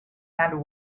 and